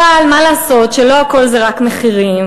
אבל מה לעשות שלא הכול זה רק מחירים,